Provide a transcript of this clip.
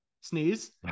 sneeze